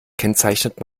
kennzeichnet